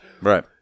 right